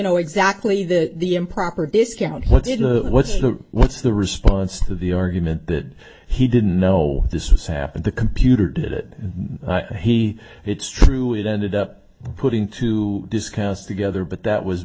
know exactly the the improper discount what did the what's the what's the response to the argument that he didn't know this was happened the computer did it he it's true it ended up putting to discuss together but that was